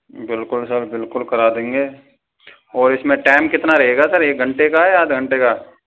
बिलकुल सर बिलकुल करा देंगे और इसमें टेम कितना रहेगा सर एक घंटे का या आधे घंटे का